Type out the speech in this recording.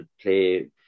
play